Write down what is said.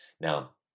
Now